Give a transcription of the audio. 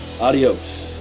adios